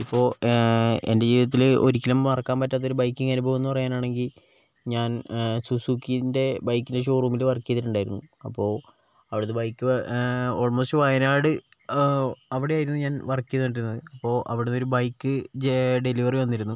ഇപ്പോൾ എൻ്റെ ജീവിതത്തിൽ ഒരിക്കലും മറക്കാൻ പറ്റാത്ത ഒരു ബൈക്കിംഗ അനുഭവം എന്നു പറയാനാണെങ്കിൽ ഞാൻ സുസുക്കിൻ്റെ ബൈക്കിൻ്റെ ഷോറൂമിൽ വർക്ക് ചെയ്തിട്ടുണ്ടായിരുന്നു അപ്പോൾ അവിടെ നിന്ന് ബൈക്ക് ഓൾമോസ്റ്റ് വയനാട് അവിടെയായിരുന്നു ഞാൻ വർക്ക് ചെയ്തു കൊണ്ടിരുന്നത് അപ്പോൾ അവിടെ നിന്നൊരു ബൈക്ക് ഡെലിവറി വന്നിരുന്നു